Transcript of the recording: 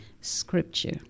scripture